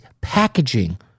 packaging